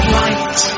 light